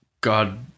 God